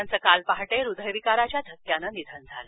त्यांचं काल पहाटे हृदय विकाराच्या धक्क्याने निधन झालं